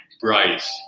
Bryce